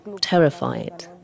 terrified